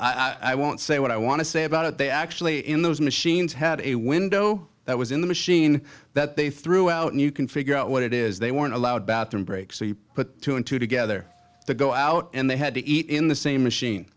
i won't say what i want to say about it they actually in those machines had a window that was in the machine that they threw out and you can figure out what it is they weren't allowed bathroom breaks so you put two and two together to go out and they had to eat in the same